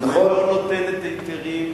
ולא נותנת היתרים,